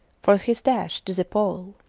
for his dash to the pole.